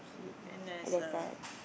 then there's a